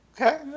Okay